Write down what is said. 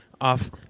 off